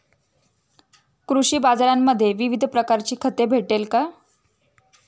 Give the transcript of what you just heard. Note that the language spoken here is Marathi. कृषी बाजारांमध्ये विविध प्रकारची खते भेटेल का?